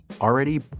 already